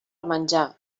menjar